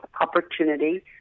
opportunity